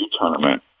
tournament